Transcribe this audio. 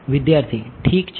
વિદ્યાર્થી ઠીક છે